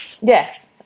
Yes